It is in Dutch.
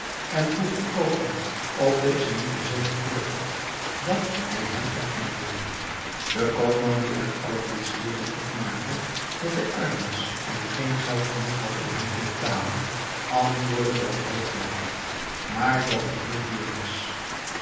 en vroeg den koopman of deze niet een zeker poeder had dat hij hem opnoemde de koopman die uit aladdin's kleeren opmaakte dat hij arm was en geen geld genoeg had om hem te betalen antwoordde dat hij het wel had maar dat het heel duur was